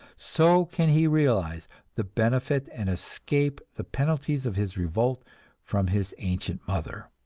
so can he realize the benefit and escape the penalties of his revolt from his ancient mother.